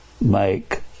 make